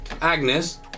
Agnes